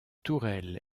tourelle